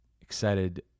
Excited